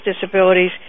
disabilities